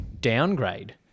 downgrade